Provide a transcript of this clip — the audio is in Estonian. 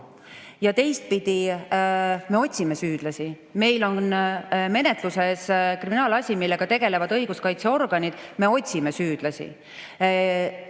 Teistpidi, me otsime süüdlasi. Meil on menetluses kriminaalasi, millega tegelevad õiguskaitseorganid. Me otsime süüdlasi.